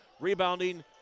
Rebounding